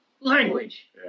language